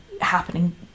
happening